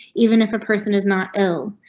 even if a person is not ill,